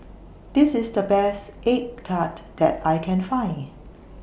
This IS The Best Egg Tart that I Can Find